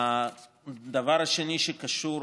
הדבר השני, שקשור